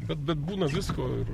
bet bet būna visko ir